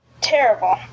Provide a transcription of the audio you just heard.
Terrible